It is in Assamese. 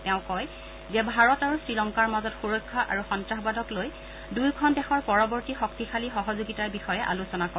তেওঁ কয় যে ভাৰত আৰু শ্ৰীলংকাৰ মাজত সুৰক্ষা আৰু সন্তাসবাদক লৈ দুয়োখন দেশৰ পৰৱৰ্তী শক্তিশালী সহযোগিতাৰ বিষয়ে আলোচনা কৰে